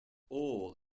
all